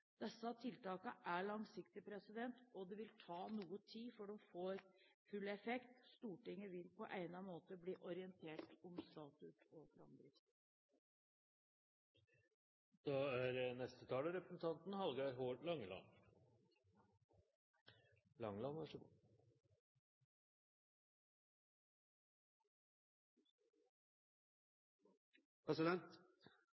Disse tiltakene er langsiktige, og det vil ta noe tid før de får full effekt. Stortinget vil på egnet måte bli orientert om status og framdrift. Eg vil starta med å takka riksrevisoren og Riksrevisjonen for den jobben og innsatsen dei har gjort så godt